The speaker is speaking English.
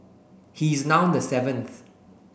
he is now the seventh